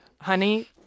Honey